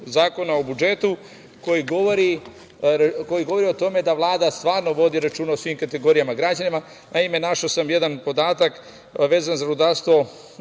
Zakona o budžetu, koji govori o tome da Vlada stvarno vodi računa o svim kategorijama građanima. Naime, našao sam jedan podatak vezan za Ministarstvo